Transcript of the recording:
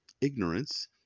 ignorance